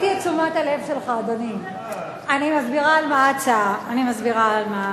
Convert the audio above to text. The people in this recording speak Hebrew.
בואי תסבירי לי מה אני מקבל.